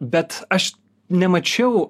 bet aš nemačiau